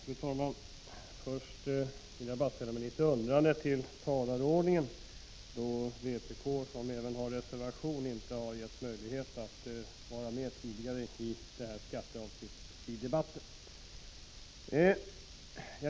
Fru talman! Först vill jag säga att jag ställer mig litet undrande till talarordningen. Vpk, som har en reservation, har inte getts möjlighet att tidigare delta i debatten i detta skatteavsnitt.